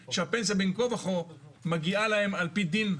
שהפנסיה בין כה וכה מגיעה להם על פי דין.